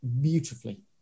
beautifully